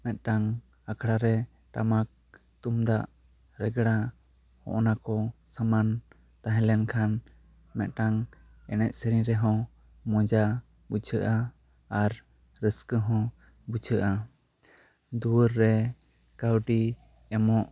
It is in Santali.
ᱢᱤᱫᱴᱟᱝ ᱟᱠᱷᱲᱟ ᱨᱮ ᱴᱟᱢᱟᱠ ᱛᱩᱢᱫᱟᱜ ᱨᱮᱜᱽᱲᱟ ᱚᱱᱟ ᱠᱚ ᱥᱟᱢᱟᱱ ᱛᱟᱦᱮᱸ ᱞᱮᱱ ᱠᱷᱟᱱ ᱢᱤᱫᱴᱟᱝ ᱮᱱᱮᱡ ᱥᱮᱨᱮᱧ ᱨᱮᱦᱚᱸ ᱢᱚᱡᱟ ᱵᱩᱡᱷᱟᱹᱜᱼᱟ ᱟᱨ ᱨᱟᱹᱥᱠᱟᱹ ᱦᱚᱸ ᱵᱩᱡᱷᱟᱹᱜᱼᱟ ᱫᱩᱣᱟᱹᱨ ᱨᱮ ᱠᱟᱹᱣᱰᱤ ᱮᱢᱚᱜ